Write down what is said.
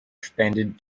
expanded